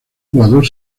jugador